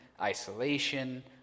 isolation